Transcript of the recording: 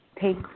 take